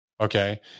Okay